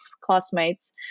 classmates